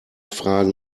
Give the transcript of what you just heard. fragen